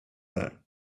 för